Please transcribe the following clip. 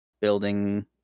building